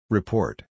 Report